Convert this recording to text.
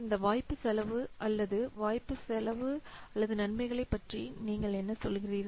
இந்த வாய்ப்பு செலவு அல்லது இந்த வாய்ப்பு செலவு அல்லது நன்மைகளைப் பற்றி நீங்கள் என்ன சொல்கிறீர்கள்